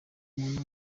umuntu